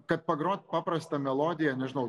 kad pagrot paprastą melodiją nežinau